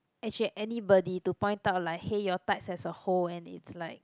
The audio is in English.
actually anybody to point out like hey your tights has a hole and it's like